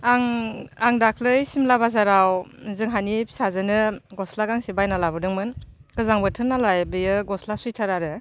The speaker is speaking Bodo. आं दाख्लै सिमला बाजाराव जोंहानि फिसाजोनो गस्ला गांसे बायना लाबोदोंमोन गोजां बोथोरनालाय बेयो गस्ला सुवेटार आरो